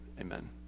Amen